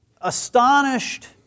astonished